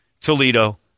Toledo